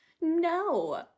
No